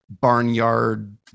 barnyard